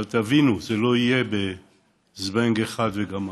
אבל תבינו, זה לא יהיה בזבנג אחד וגמרנו.